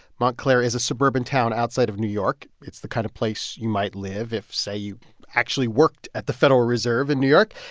montclair is a suburban town outside of new york. it's the kind of place you might live if, say, you actually worked at the federal reserve in new york.